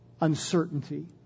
uncertainty